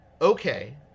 Okay